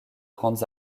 grandes